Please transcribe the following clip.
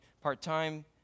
part-time